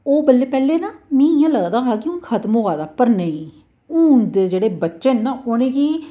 ओह् पैह्ले पैह्ले ना मी इयां लगदा हा कि खतम होआ दा पर नेई हून दे जेह्ड़े बच्चे ना उ'नेंगी